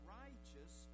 righteous